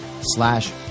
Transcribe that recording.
slash